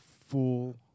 full